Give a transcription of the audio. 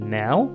now